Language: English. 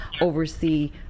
oversee